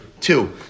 two